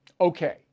Okay